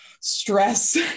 stress